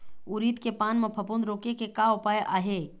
उरीद के पान म फफूंद रोके के का उपाय आहे?